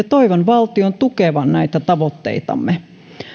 toivon valtion tukevan näitä tavoitteitamme